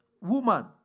woman